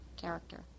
character